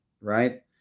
right